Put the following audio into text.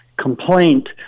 complaint